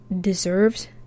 deserves